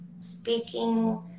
speaking